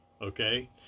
okay